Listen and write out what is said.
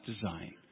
design